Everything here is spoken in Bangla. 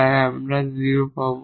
তাই আমরা 0 পাব